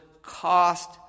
cost